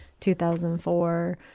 2004